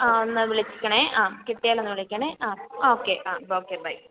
ആ ഒന്ന് വിളിക്കണേ ആ കിട്ടിയാൽ ഒന്ന് വിളിക്കണേ ആ ഓക്കേ ആ ഓക്കേ ബൈ